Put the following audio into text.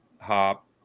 hop